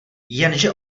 jenže